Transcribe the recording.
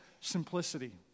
simplicity